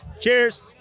Cheers